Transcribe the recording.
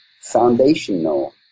foundational